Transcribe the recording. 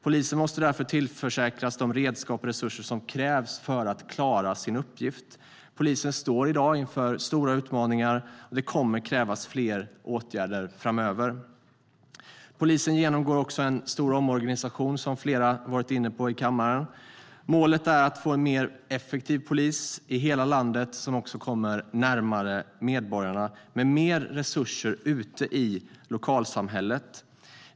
Polisen måste därför tillförsäkras de redskap och resurser som krävs för att klara sin uppgift. Polisen står i dag inför stora utmaningar, och det kommer att krävas fler åtgärder framöver. Polisen genomgår nu en stor omorganisation, som flera här i kammaren har varit inne på. Målet är att få en mer effektiv polis i hela landet som också kommer närmare medborgarna med mer resurser ute i lokalsamhället.